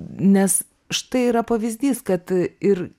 nes štai yra pavyzdys kad ir